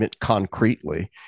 concretely